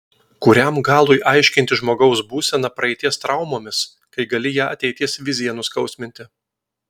kuriam galui aiškinti žmogaus būseną praeities traumomis kai gali ją ateities vizija nuskausminti